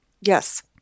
Yes